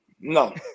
No